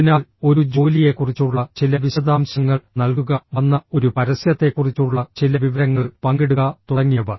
അതിനാൽ ഒരു ജോലിയെക്കുറിച്ചുള്ള ചില വിശദാംശങ്ങൾ നൽകുക വന്ന ഒരു പരസ്യത്തെക്കുറിച്ചുള്ള ചില വിവരങ്ങൾ പങ്കിടുക തുടങ്ങിയവ